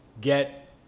get